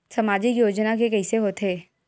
सामाजिक योजना के कइसे होथे?